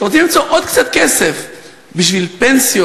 כשרוצים למצוא עוד קצת כסף בשביל פנסיות,